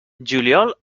juliol